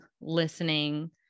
listening